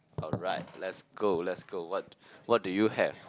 alright let's go let's go what what do you have